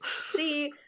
See